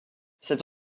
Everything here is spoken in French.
cette